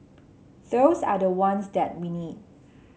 those are the ones that we need